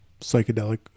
psychedelic